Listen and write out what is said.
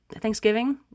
Thanksgiving